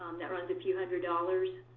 um that and few hundred dollars.